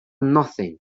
nothing